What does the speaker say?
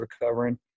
recovering